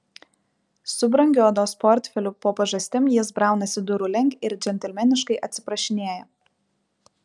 su brangiu odos portfeliu po pažastim jis braunasi durų link ir džentelmeniškai atsiprašinėja